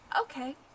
Okay